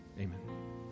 Amen